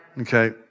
Okay